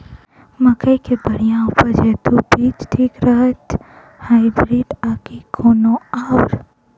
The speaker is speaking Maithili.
मकई केँ बढ़िया उपज हेतु केँ बीज ठीक रहतै, हाइब्रिड आ की कोनो आओर?